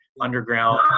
underground